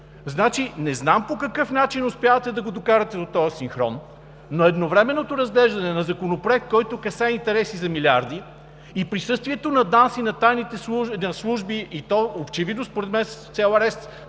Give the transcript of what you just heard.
занимава. Не знам по какъв начин успявате да го докарате до този синхрон, но едновременното разглеждане на Законопроект, който касае интереси за милиарди, присъствието на ДАНС и на тайните служби, и то очевидно според мен с цел арест